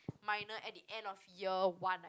minor at the end of year one I